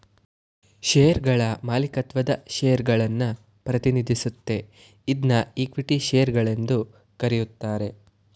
ಶೇರುಗಳ ಮಾಲೀಕತ್ವದ ಷೇರುಗಳನ್ನ ಪ್ರತಿನಿಧಿಸುತ್ತೆ ಇದ್ನಾ ಇಕ್ವಿಟಿ ಶೇರು ಗಳೆಂದು ಕರೆಯುತ್ತಾರೆ